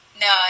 no